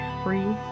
free